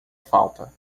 falta